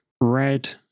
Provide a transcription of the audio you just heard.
red